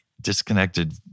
Disconnected